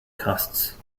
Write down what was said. costs